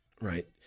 right